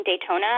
Daytona